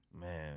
man